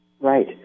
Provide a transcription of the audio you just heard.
Right